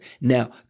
Now